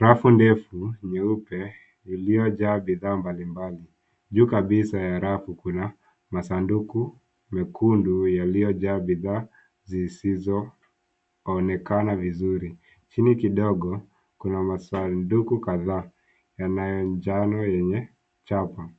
Rafu ndefu nyeupe ilioja bidhaa mbalimbali. Juu kabisa ya rafu kuna masanduku mekundu yaliyoja bidhaa zisizoonekana vizuri. Chini kidogo kuna masanduku kadhaa yanayo njano yenye chapa